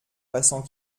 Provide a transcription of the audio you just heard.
passants